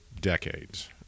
decades